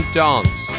dance